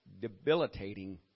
debilitating